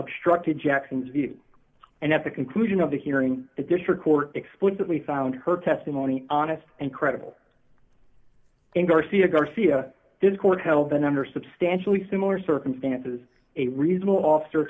obstructed jackson's view and at the conclusion of the hearing the district court explicitly found her testimony honest and credible and garcia garcia this court had all been under substantially similar circumstances a reasonable officer